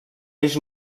eix